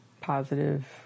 Positive